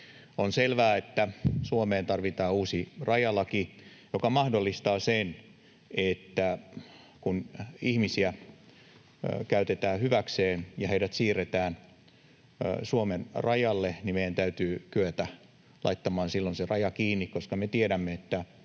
On selvää, että Suomeen tarvitaan uusi rajalaki, joka mahdollistaa sen, että kun ihmisiä käytetään hyväksi ja heidät siirretään Suomen rajalle, meidän täytyy kyetä laittamaan silloin se raja kiinni, koska me tiedämme, että